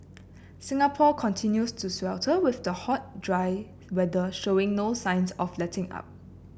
Singapore continues to swelter with the hot dry weather showing no signs of letting up